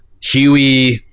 Huey